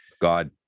God